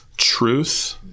truth